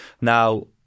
Now